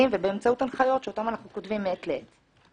ובאמצעות הנחיות שאותן אנחנו כותבים מעת לעת.